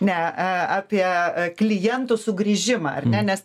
ne apie klientų sugrįžimą ar ne nes